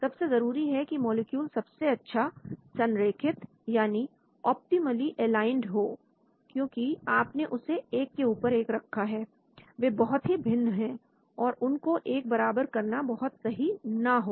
सबसे जरूरी है कि मॉलिक्यूल सबसे अच्छा संरेखित यानी ऑप्टिमली एलाइंड हो क्योंकि आपने उसे एक के ऊपर एक रखा है वे बहुत भिन्न है और उनको एक बराबर करना बहुत सही ना हो